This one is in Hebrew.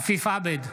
בהצבעה עפיף עבד,